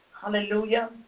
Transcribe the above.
Hallelujah